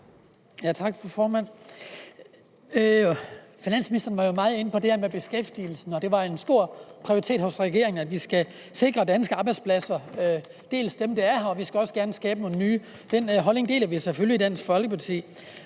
Tak, fru formand. Finansministeren var jo meget inde på det her med beskæftigelsen, og at det var en stor prioritet hos regeringen, at vi skal sikre danske arbejdspladser, dels dem, der er her, dels nogle nye, som vi skal skabe. Den holdning deler vi selvfølgelig i Dansk Folkeparti.